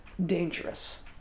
Dangerous